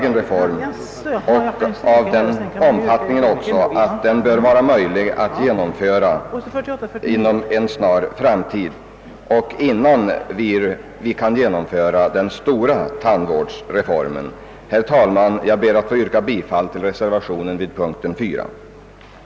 En reform av denna storleksordning bör vara möjlig att genomföra inom en snar framtid, i avvaktan på att den stora tandvårdsreformen kan förverkligas. Herr talman! Jag ber att få yrka bifall till den vid punkten 4 fogade reservationen 1.